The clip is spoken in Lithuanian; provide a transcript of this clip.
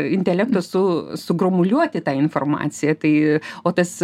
intelekto su sugromuliuoti tą informaciją tai o tas